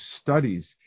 studies